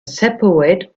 separate